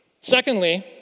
Secondly